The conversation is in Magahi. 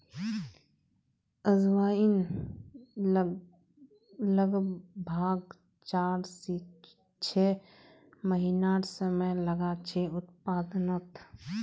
अजवाईन लग्ब्भाग चार से छः महिनार समय लागछे उत्पादनोत